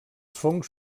fongs